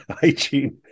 Hygiene